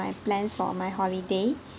my plans for my holiday